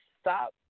stop